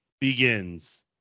begins